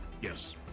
Yes